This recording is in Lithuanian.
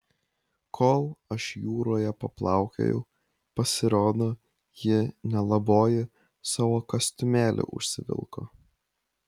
kol aš jūroje paplaukiojau pasirodo ji nelaboji savo kostiumėlį užsivilko